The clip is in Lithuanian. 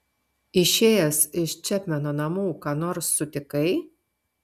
išėjęs iš čepmeno namų ką nors sutikai